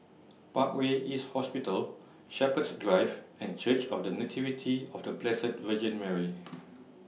Parkway East Hospital Shepherds Drive and Church of The Nativity of The Blessed Virgin Mary